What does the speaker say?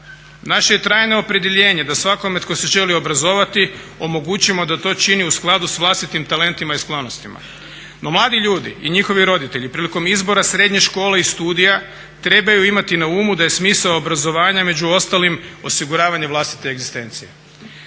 Naše je trajno opredjeljenje da svakome tko se želi obrazovati omogućimo da to čini u skladu sa vlastitim talentima i sklonostima. No mladi ljudi i njihovi roditelji prilikom izbora srednje škole i studija trebaju imati na umu da je smisao obrazovanja među ostalim osiguravanje vlastite egzistencije.